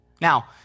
Now